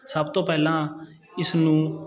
ਸਭ ਤੋਂ ਪਹਿਲਾਂ ਇਸ ਨੂੰ